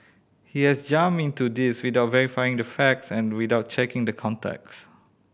he has jumped into this without verifying the facts and without checking the context